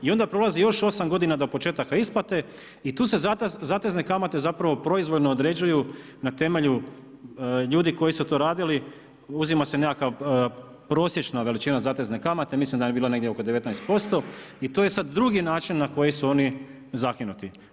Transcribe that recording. I onda prolazi još 8 g. do početaka isplate i tu se zatezne kamate zapravo proizvoljno određuju, na temelju ljudi koji su to radili, uzima se nekakva prosječna veličina zatezne kamate, mislim da je bila negdje oko 19% i to je sad drugi način na koji su oni zakinuti.